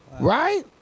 right